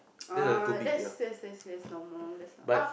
uh that's that's that's that's normal that's normal uh